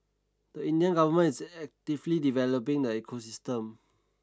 the Indian government is actively developing the ecosystem